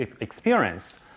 experience